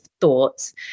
thoughts